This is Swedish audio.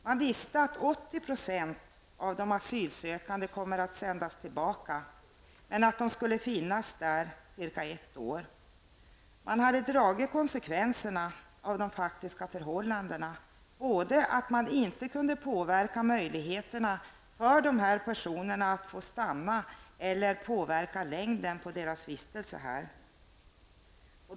Man visste att ca 80 % av de asylsökande kommer att sändas tillbaka men att de skulle finnas på förläggningen ungefär ett år. Man hade dragit konsekvenserna av de faktiska förhållandena, att man inte kunde påverka möjligheterna för dessa att få stanna eller påverka längden på deras vistelse i Sverige.